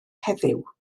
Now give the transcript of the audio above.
heddiw